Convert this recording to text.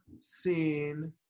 seen